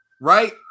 right